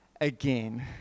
again